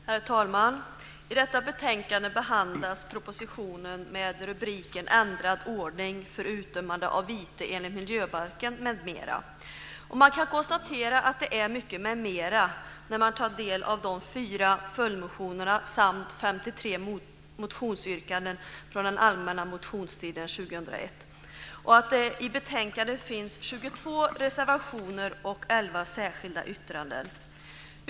Herr talman! I detta betänkande behandlas en proposition med rubriken Ändrad ordning för utdömande av vite enligt miljöbalken m.m., och man kan konstatera att det är många "m.m." när man tar del av de fyra följdmotionerna och de 53 motionsyrkandena från den allmänna motionstiden 2001. I betänkandet finns det 22 reservationer och elva särskilda yttranden.